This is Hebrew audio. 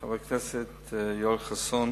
חבר הכנסת יואל חסון,